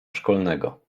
szkolnego